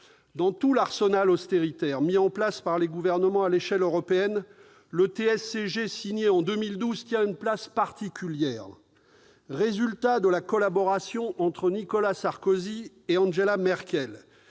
Dans tout l'arsenal « austéritaire » mis en place par les gouvernements à l'échelle européenne, le TSCG, signé en 2012, tient une place particulière. Résultat de la collaboration entre Nicolas Sarkozy et Angela Merkel,